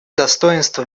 достоинство